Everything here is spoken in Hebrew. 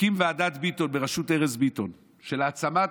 הקים את ועדת ביטון בראשות ארז ביטון להעצמת